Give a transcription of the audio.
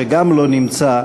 שגם הוא לא נמצא,